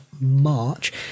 March